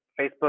Facebook